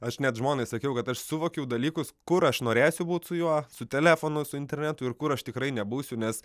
aš net žmonai sakiau kad aš suvokiau dalykus kur aš norėsiu būt su juo su telefonu su internetu ir kur aš tikrai nebūsiu nes